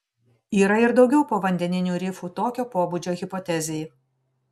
yra ir daugiau povandeninių rifų tokio pobūdžio hipotezei